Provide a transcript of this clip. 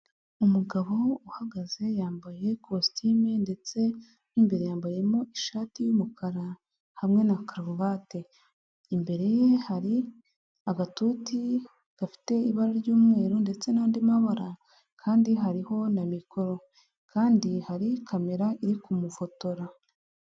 Umugabo uhagaze yambaye kositime ndetse n'imbere yambayemo ishati y'umukara hamwe na karuvati. Imbere ye hari agatuti gafite ibara ry'umweru ndetse n'andi mabara kandi hariho na mikoro kandi hari kamera iri kumufotora.